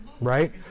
right